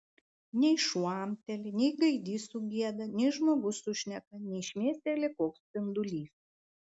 nei šuo amteli nei gaidys sugieda nei žmogus sušneka nei šmėsteli koks spindulys